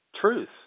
truth